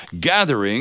gathering